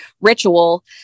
ritual